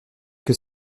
que